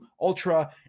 Ultra